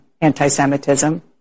anti-Semitism